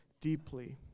deeply